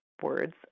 words